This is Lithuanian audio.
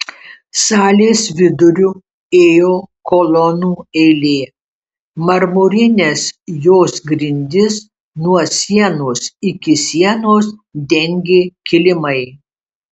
salės viduriu ėjo kolonų eilė marmurines jos grindis nuo sienos iki sienos dengė kilimai